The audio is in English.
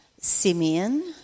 Simeon